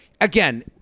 Again